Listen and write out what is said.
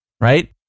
right